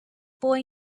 boy